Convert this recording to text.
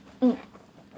mm